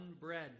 bread